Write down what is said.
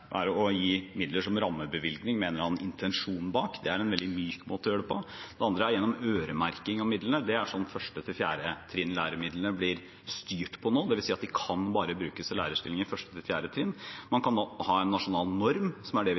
er å gi midler som rammebevilgning med en eller annen intensjon bak. Det er en veldig myk måte å gjøre det på. Det andre er gjennom øremerking av midlene. Det er slik midlene til lærere på 1.–4. trinn blir på styrt på nå, dvs. at de bare kan brukes til lærerstillinger på 1.–4. trinn. Man kan ha en nasjonal norm, som er det vi